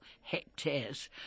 hectares